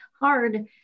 hard